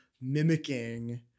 mimicking